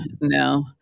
no